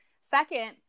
Second